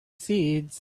seeds